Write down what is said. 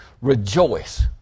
Rejoice